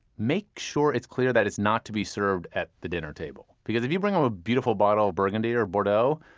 make sure it's clear that it's not to be served at the dinner table. because if you bring over um a beautiful bottle of burgundy or bordeaux,